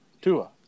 Tua